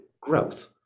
growth